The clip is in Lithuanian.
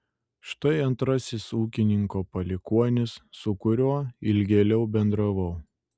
štai antrasis ūkininko palikuonis su kuriuo ilgėliau bendravau